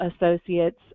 associates